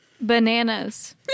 Bananas